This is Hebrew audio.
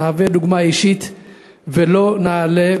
נהווה דוגמה אישית ולא נעלה.